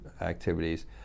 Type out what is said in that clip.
activities